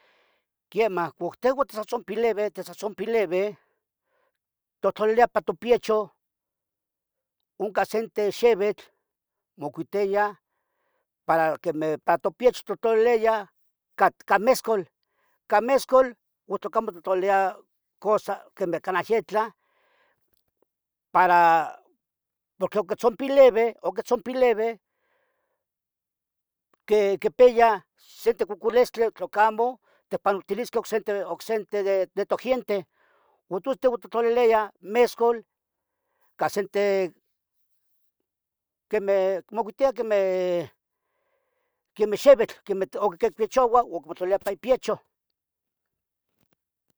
Quiemah cuc tehuan titzonpileve, titzohtzonpileve totlaliliyah. pa topiechoh unca sente xivitl, mocuiteya para quemeh pa. topiechoh totoleya, ca, cat mescol, ca mescol o tlocamo. titloliayah cosa quemeh canah yetlah para por tleca. tzompileve, oquitzompileve, que quepeya sinti coculestle. tlocamo tehpanoltilisque oc sente, oc sente, de, de toguienteh Oun tus tehuon totlaliyah mescol ca sente quemeh mocuitiya quemeh, quemeh xevitl, quemeh oc quicuechouah uon motlalilia ipa ipiechoh